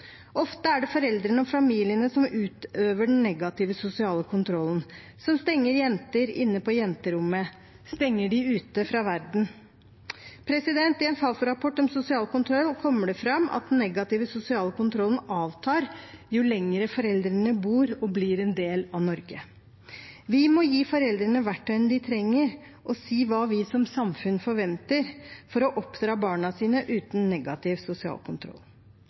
Ofte er det foreldrene og familiene som utøver den negative sosiale kontrollen, som stenger jenter inne på jenterommet – stenger dem ute fra verden. I en Fafo-rapport om sosial kontroll kommer det fram at den negative sosiale kontrollen avtar jo lenger foreldrene bor i og blir en del av Norge. Vi må gi foreldrene verktøyene de trenger og si hva vi som samfunn forventer for å oppdra barna sine uten negativ sosial kontroll.